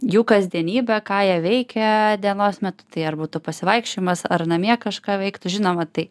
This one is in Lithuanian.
jų kasdienybę ką jie veikia dienos metu tai ar būtų pasivaikščiojimas ar namie kažką veikt žinoma tai